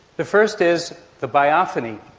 the first is the biophony.